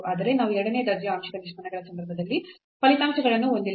ಆದರೆ ನಾವು ಎರಡನೇ ದರ್ಜೆಯ ಆಂಶಿಕ ನಿಷ್ಪನ್ನಗಳ ಸಂದರ್ಭದಲ್ಲಿ ಫಲಿತಾಂಶಗಳನ್ನು ಹೊಂದಿಲ್ಲ